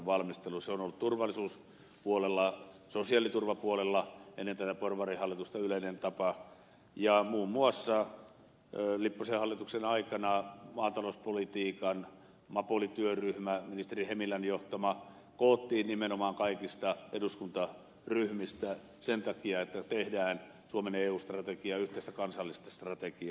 se on ollut turvallisuuspuolella sosiaaliturvapuolella ennen tätä porvarihallitusta yleinen tapa ja muun muassa lipposen hallituksen aikana maatalouspolitiikan mapoli työryhmä ministeri hemilän johtama koottiin nimenomaan kaikista eduskuntaryhmistä sen takia että tehdään suomen eu strategiaa yhteistä kansallista strategiaa